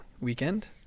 weekend